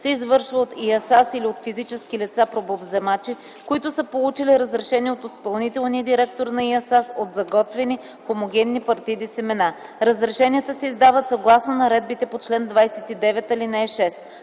се извършва от ИАСАС или от физически лица (пробовземачи), които са получили разрешение от изпълнителния директор на ИАСАС от заготвени хомогенни партиди семена. Разрешенията се издават съгласно наредбите по чл. 29, ал. 6.” 2.